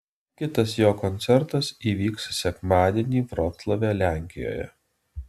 kitas jo koncertas įvyks sekmadienį vroclave lenkijoje